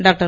doctor